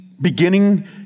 beginning